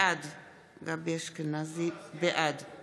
בעד